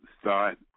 start